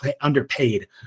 underpaid